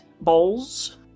bowls